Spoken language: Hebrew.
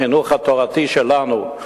בחינוך התורתי שלנו,